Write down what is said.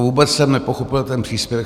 Vůbec jsem nepochopil ten příspěvek.